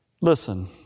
listen